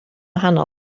wahanol